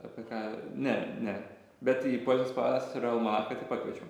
apie ką ne ne bet į poezijos pavasario almaachą tai pakviečiau